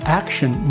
action